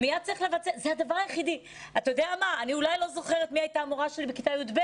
אני אולי לא זוכרת מי הייתה המורה שלי בכיתה י"ב,